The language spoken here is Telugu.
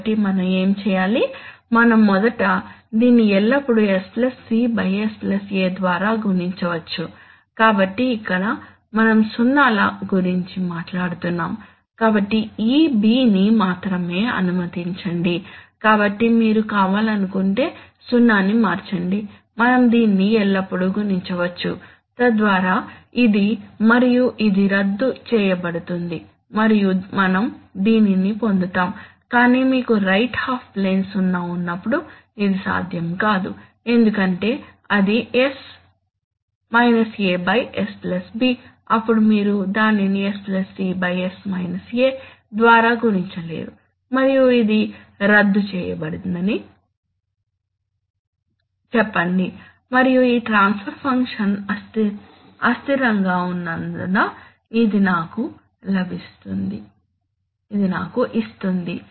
కాబట్టి మనం ఏమి చేయాలి మనం మొదట దీన్ని ఎల్లప్పుడూ s c s a ద్వారా గుణించవచ్చు కాబట్టి ఇక్కడ మనం సున్నాల గురించి మాట్లాడుతున్నాము కాబట్టి ఈ b ని మాత్రమే అనుమతించండి కాబట్టి మీరు కావాలనుకుంటే 0 ని మార్చండి మనం దీన్ని ఎల్లప్పుడూ గుణించవచ్చు తద్వారా ఇది మరియు ఇది రద్దు చేయబడుతుంది మరియు మనం దీనిని పొందుతాము కానీ మీకు రైట్ హాఫ్ ప్లేన్ 0 ఉన్నప్పుడు ఇది సాధ్యం కాదు ఎందుకంటే అది s b అప్పుడు మీరు దానిని s c ద్వారా గుణించలేరు మరియు ఇది రద్దు చేయబడిందని చెప్పండి మరియు ఈ ట్రాన్స్ఫర్ ఫంక్షన్ అస్థిరంగా ఉన్నందున ఇది నాకు ఇస్తుంది